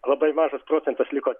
labai mažas procentas liko